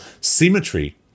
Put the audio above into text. symmetry